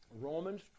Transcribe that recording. Romans